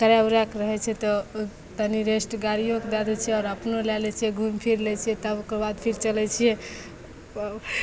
करै उरैके रहै छै तऽ तनि रेस्ट गाड़िओके दऽ दै छिए आओर अपनो लऽ लै छिए घुमि फिरि लै छिए तबके बाद फिर चलै छिए